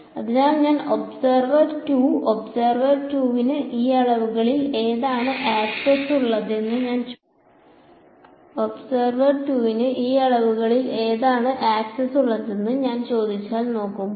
അതിനാൽ ഞാൻ observer 2 observer 2 ന് ഈ അളവുകളിൽ ഏതാണ് ആക്സസ് ഉള്ളതെന്ന് ഞാൻ ചോദിച്ചാൽ നോക്കുമ്പോൾ